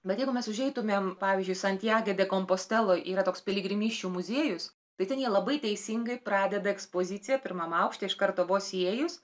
bet jeigu mes užeitumėm pavyzdžiui santjage de komposteloj yra toks piligrimysčių muziejus tai ten jie labai teisingai pradeda ekspoziciją pirmam aukšte iš karto vos įėjus